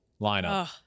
lineup